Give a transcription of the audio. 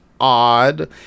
odd